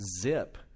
Zip